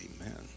amen